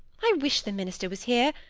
i wish the minister was here.